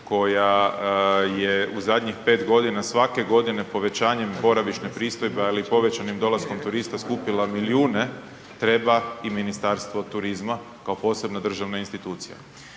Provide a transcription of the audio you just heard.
koja je u zadnjih 5 g. svake godine povećanjem boravišne pristojbe ili povećanim dolaskom turista skupila milijune, treba i Ministarstvo turizma kao posebna državna institucija.